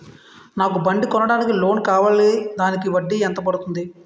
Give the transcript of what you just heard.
నాకు బండి కొనడానికి లోన్ కావాలిదానికి వడ్డీ ఎంత పడుతుంది?